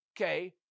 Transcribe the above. okay